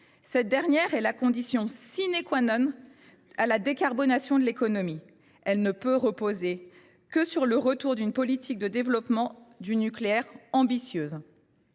de l’électricité, condition de la décarbonation de l’économie. Elle ne peut reposer que sur le retour d’une politique de développement du nucléaire ambitieuse.